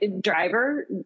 driver